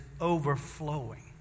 overflowing